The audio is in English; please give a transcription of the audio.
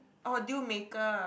orh deal maker